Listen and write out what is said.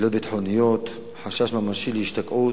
פעילויות ביטחוניות, חשש ממשי להשתקעות,